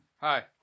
Hi